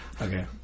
Okay